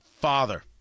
father